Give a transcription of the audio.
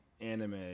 anime